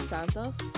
Santos